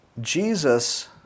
Jesus